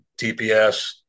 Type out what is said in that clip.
TPS